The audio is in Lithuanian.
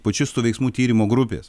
pučistų veiksmų tyrimo grupės